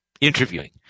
interviewing